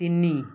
ତିନି